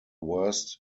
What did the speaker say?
worst